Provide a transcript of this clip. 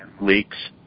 leaks